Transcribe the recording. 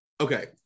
okay